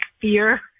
fear